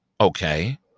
Okay